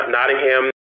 Nottingham